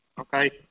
Okay